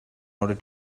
order